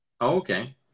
Okay